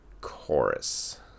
chorus